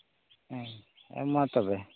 ᱦᱩᱸ ᱢᱟ ᱛᱚᱵᱮ